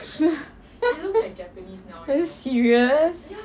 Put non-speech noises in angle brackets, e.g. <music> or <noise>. <laughs> are you serious